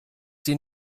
sie